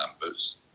numbers